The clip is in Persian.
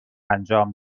انجام